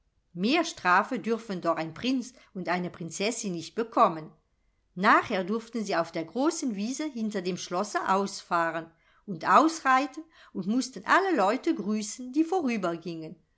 mehr strafe dürfen doch ein prinz und eine prinzessin nicht bekommen nachher durften sie auf der großen wiese hinter dem schlosse ausfahren und ausreiten und mußten alle leute grüßen die vorübergingen